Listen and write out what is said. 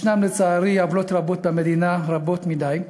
ישנן לצערי עוולות רבות במדינה, רבות מדי,